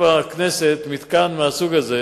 בכנסת אין לנו מתקן מהסוג הזה,